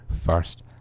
first